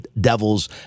Devils